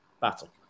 battle